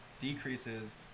decreases